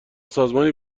سازمانی